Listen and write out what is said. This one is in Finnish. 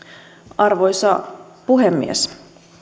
arvoisa puhemies